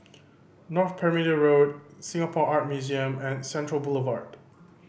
North Perimeter Road Singapore Art Museum and Central Boulevard